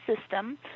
system